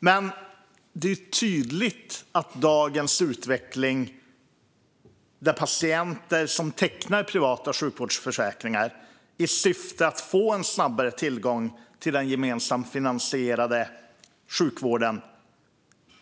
Men det är tydligt att dagens utveckling, med patienter som tecknar privata sjukvårdsförsäkringar i syfte att få snabbare tillgång till den gemensamt finansierade sjukvården,